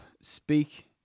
speak